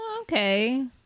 Okay